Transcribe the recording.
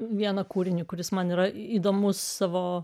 vieną kūrinį kuris man yra įdomus savo